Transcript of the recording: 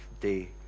day